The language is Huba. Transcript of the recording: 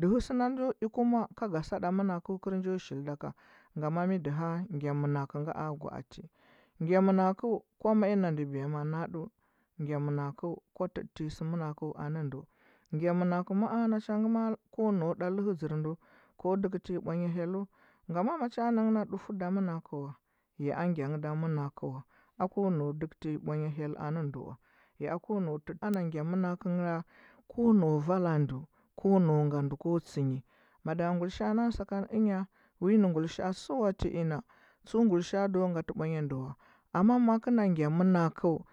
Dɚhɚ sɚ njo i, kuma ka ga sɚ ɗa manakɚu kɚl nda shil do ka ngama mɚ dɚgɚ gya menakeu nge a gwa ati gya menakeu kwa mai na ndu biya ma daɗɚ gya menakɚu kwa kuti nyi se me nakeu ane ndeu gya menokeu ma’a ko nau ɗa lehe dȝar ndeu ko dekete nyi bwanya hello ngama macha nengh na dufu da menakeu ya o gya nghe da menakeu wa ako nau dekte nyi bwanya heyl ne ndu wa ana gya menakeu nda ko nau valo ndu ko nau ga ndu ko tsiyi mada. a guilishaa nan sakan enga ko wi ne guilisha a swati na tsu guilisha a do gate bwa nya ndu wa amma makeu na gya monakeu